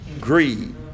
greed